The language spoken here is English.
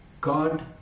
god